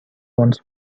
once